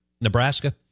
Nebraska